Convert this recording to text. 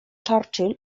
churchill